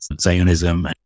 Zionism